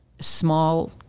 small